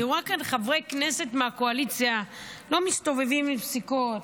אני רואה כאן חברי כנסת מהקואליציה לא מסתובבים עם סיכות,